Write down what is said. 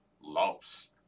Loss